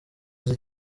aza